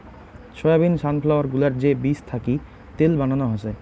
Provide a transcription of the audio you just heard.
soybean, sunflower গুলার যে বীজ থাকি তেল বানানো হসে